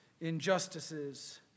injustices